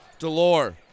Delore